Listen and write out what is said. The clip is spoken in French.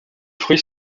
fruits